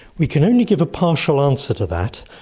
we can only give a partial answer to that,